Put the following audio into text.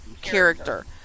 character